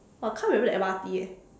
!wah! I can't remember the M_R_T eh